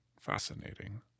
fascinating